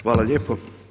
Hvala lijepo.